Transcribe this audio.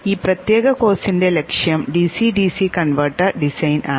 ഈ പ്രത്യേക കോഴ്സിന്റെ ലക്ഷ്യം ഡിസി ഡിസി കൺവെർട്ടർ ഡിസൈൻ ആണ്